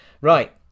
right